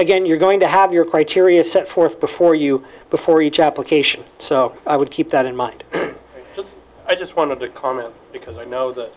again you're going to have your criteria set forth before you before each application so i would keep that in mind i just wanted to comment because i know th